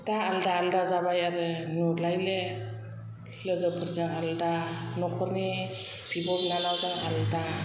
दा आलदा आलदा जाबाय आरो नुलायले लोगोफोरजों आलदा न'खरनि बिब' बिनानावजों आलदा